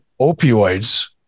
opioids